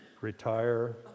retire